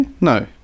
no